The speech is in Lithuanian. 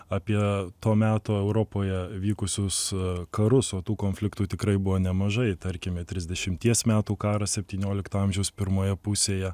apie to meto europoje vykusius karus o tų konfliktų tikrai buvo nemažai tarkime trisdešimties metų karas septyniolikto amžiaus pirmoje pusėje